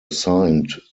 assigned